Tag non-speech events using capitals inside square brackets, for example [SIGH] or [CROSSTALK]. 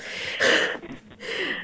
[LAUGHS]